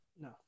No